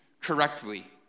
correctly